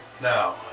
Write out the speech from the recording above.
Now